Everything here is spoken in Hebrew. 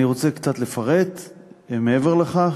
אני רוצה קצת לפרט מעבר לכך.